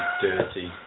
Dirty